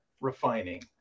refining